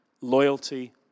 loyalty